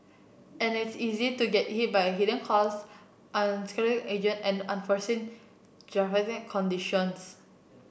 and it's easy to get hit by hidden costs unscrupulous agent and unforeseen conditions